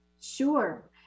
Sure